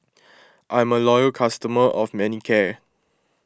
I'm a loyal customer of Manicare